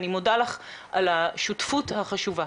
אני מודה לך על השותפות החשובה.